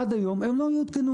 עד היום הם לא עודכנו.